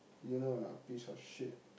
you know or not piece of shit